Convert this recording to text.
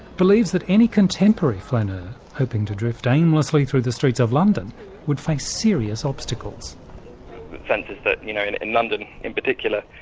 believes that any contemporary flaneur hoping to drift aimlessly through the streets of london would face serious obstacles. the sense is that you know in and london in particular,